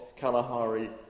Kalahari